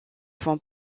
vont